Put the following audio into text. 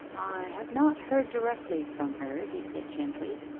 i have not heard directly from her he said gently.